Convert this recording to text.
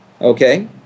Okay